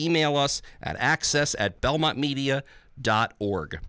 email us at access at belmont media dot org